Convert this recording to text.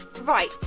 Right